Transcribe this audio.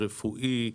רפואי,